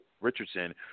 Richardson